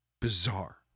bizarre